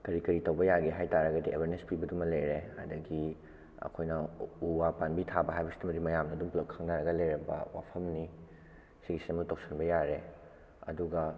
ꯀꯔꯤ ꯀꯔꯤ ꯇꯧꯕ ꯌꯥꯒꯦ ꯍꯥꯏꯇꯔꯒꯗꯤ ꯑꯦꯋꯦꯔꯅꯦꯁ ꯄꯤꯕꯗꯨ ꯑꯃ ꯂꯩꯔꯦ ꯑꯗꯒꯤ ꯑꯩꯈꯣꯏꯅ ꯎ ꯋꯥ ꯄꯥꯟꯕꯤ ꯊꯥꯕ ꯍꯥꯏꯕꯁꯤꯇꯕꯨ ꯃꯌꯥꯝꯅ ꯑꯗꯨꯝ ꯄꯨꯂꯞ ꯈꯪꯅꯔꯒ ꯂꯩꯔꯒ ꯋꯥꯐꯝꯅꯤ ꯁꯤꯁꯤ ꯑꯃ ꯇꯧꯁꯤꯟꯕ ꯌꯥꯔꯦ ꯑꯗꯨꯒ